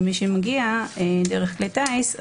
למי שמגיע דרך כלי טיס,